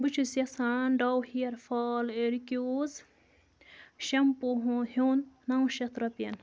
بہٕ چھُس یژھان Dove hair fall rescue shampoo ہٮ۪ون نَو شٮ۪تھ رۄپٮ۪ن